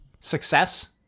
success